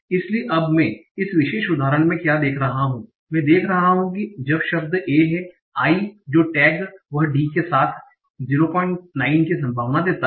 इसलिए अब मैं इस विशेष उदाहरण में क्या देख रहा हूं मैं देख रहा हूं कि जब शब्द a है I जो टैग वह D के साथ 09 की संभावना देता है